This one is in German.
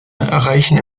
erreichen